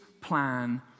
plan